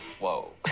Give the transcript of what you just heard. Whoa